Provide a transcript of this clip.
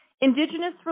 Indigenous